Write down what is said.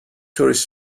tourist